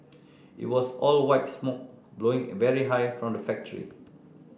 it was all white smoke blowing very high from the factory